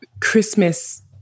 Christmas